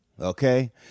okay